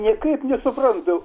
ir niekaip nesuprantu